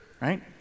right